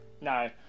No